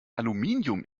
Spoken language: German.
aluminium